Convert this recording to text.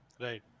right